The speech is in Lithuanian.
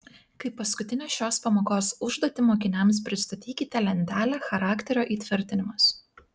kaip paskutinę šios pamokos užduotį mokiniams pristatykite lentelę charakterio įtvirtinimas